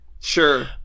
Sure